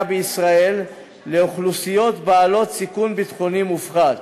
בישראל לאוכלוסיות בעלות סיכון ביטחוני מופחת,